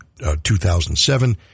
2007